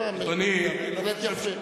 למה, זה ממש יפה.